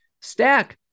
stack